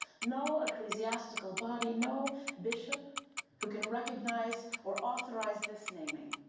no ecclesiastical body, no bishop who can recognize or authorize this naming.